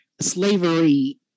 slavery